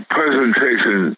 presentation